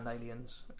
Aliens